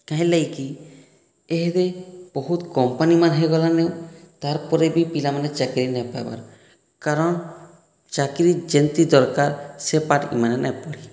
କାହିଁର ଲାଗି କି ଇହାଦେ ବହୁତ କମ୍ପାନୀମାନେ ହୋଇଗଲାନ ତାର ପରେ ବି ପିଲାମାନେ ଚାକରି ନେଇ ପାଇବାର କାରଣ ଚାକରି ଯେନ୍ତି ଦରକାର ସେ ପାଠ ଇମାନେ ନେଇ ପଢ଼ି